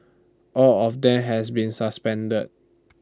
all of them has been suspended